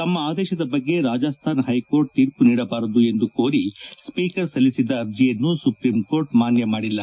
ತಮ್ಮ ಆದೇಶದ ಬಗ್ಗೆ ರಾಜಸ್ತಾನ ಹೈಕೋರ್ಟ್ ತೀರ್ಪು ನೀಡಬಾರದು ಎಂದು ಕೋರಿ ಸ್ಪೀಕರ್ ಸಲ್ಲಿಸಿದ್ದ ಅರ್ಜಿಯನ್ನು ಸುಪ್ರೀಂಕೋರ್ಟ್ ಮಾನ್ಯ ಮಾಡಿಲ್ಲ